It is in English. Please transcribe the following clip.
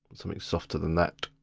something softer than that.